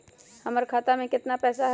हमर खाता में केतना पैसा हई?